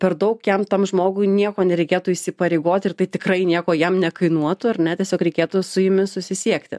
per daug jam tam žmogui nieko nereikėtų įsipareigoti ir tai tikrai nieko jam nekainuotų ar ne tiesiog reikėtų su jumis susisiekti